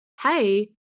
hey